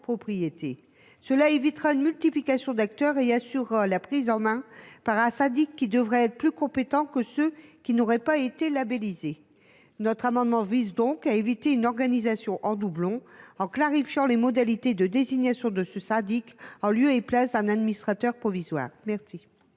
Cela éviterait une multiplication d’acteurs et assurerait la prise en main par un syndic qui devrait être plus compétent que ceux qui n’auraient pas été labellisés. Cet amendement vise donc à éviter une organisation en doublon, en clarifiant les modalités de désignation de ce syndic en lieu et place d’un administrateur provisoire.